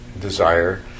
desire